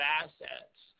assets